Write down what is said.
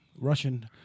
Russian